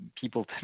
people